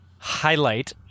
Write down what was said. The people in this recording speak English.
Highlight